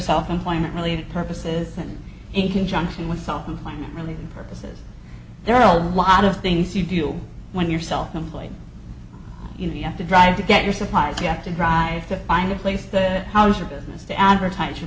self employment related purposes and in conjunction with oftentimes really purposes there are a lot of things you do when you're self employed you know you have to drive to get your supplies you have to drive to find a place that house or business to advertise your